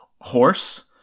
horse